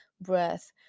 breath